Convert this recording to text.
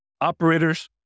Operators